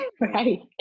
Right